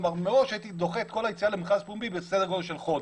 כלומר מראש הייתי דוחה את כל היציאה למכרז פומבי בסדר גודל של חודש.